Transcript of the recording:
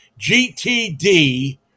GTD